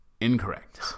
incorrect